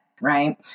right